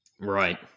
Right